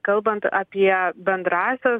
kalbant apie bendrąsias